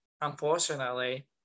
unfortunately